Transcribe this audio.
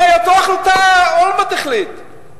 הרי את אותה החלטה אולמרט החליט.